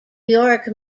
york